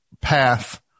path